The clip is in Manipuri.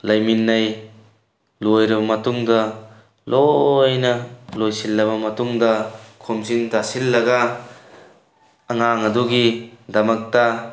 ꯂꯩꯃꯤꯟꯅꯩ ꯂꯣꯏꯔꯕ ꯃꯇꯨꯡꯗ ꯂꯣꯏꯅ ꯂꯣꯏꯁꯤꯜꯂꯕ ꯃꯇꯨꯡꯗ ꯈꯣꯝꯖꯤꯟ ꯇꯥꯁꯤꯜꯂꯒ ꯑꯉꯥꯡ ꯑꯗꯨꯒꯤ ꯗꯃꯛꯇ